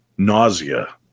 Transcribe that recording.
Nausea